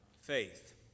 faith